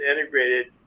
integrated